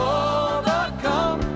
overcome